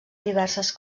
diverses